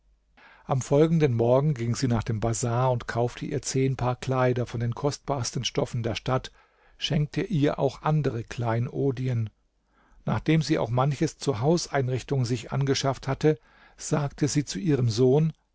am folgenden morgen ging sie nach dem bazar und kaufte ihr zehn paar kleider von den kostbarsten stoffen der stadt schenkte ihr auch andere kleinodien nachdem sie auch manches zur hauseinrichtung sich angeschafft hatte sagte sie zu ihrem sohn